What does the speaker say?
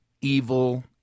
evil